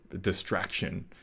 distraction